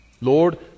Lord